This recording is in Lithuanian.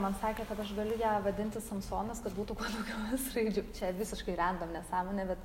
man sakė kad aš galiu ją vadinti samsonas kad būtų kuo daugiau es raidžių čia visiškai rendom nesąmonė bet